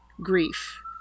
grief